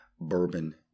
Bourbon